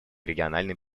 региональной